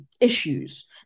issues